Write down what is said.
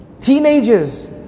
teenagers